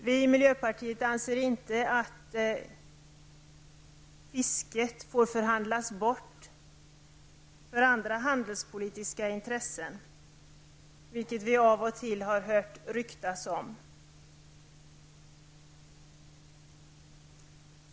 Vi i miljöpartiet anser inte att fisket får förhandlas bort för andra handelspolitiska intressen, vilket vi av och till har hört ryktas om.